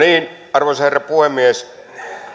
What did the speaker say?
arvoisa herra puhemies